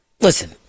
Listen